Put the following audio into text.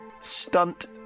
stunt